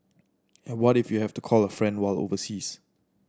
and what if you have to call a friend while overseas